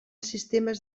sistemes